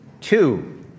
two